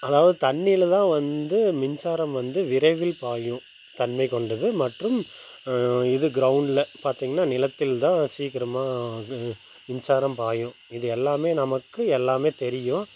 அதாவது தண்ணியில் தான் வந்து மின்சாரம் வந்து விரைவில் பாயும் தன்மை கொண்டது மற்றும் இது கிரௌண்ட்டில் பார்த்தீங்கன்னா நிலத்தில் தான் சீக்கிரமாக மின்சாரம் பாயும் இது எல்லாமே நமக்கு எல்லாமே தெரியும்